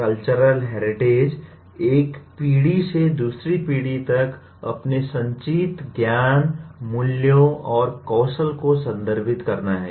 cultural heritage एक पीढ़ी से दूसरी पीढ़ी तक अपने संचित ज्ञान मूल्यों और कौशल को संदर्भित करना है